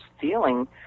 feeling